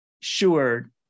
Sure